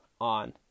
on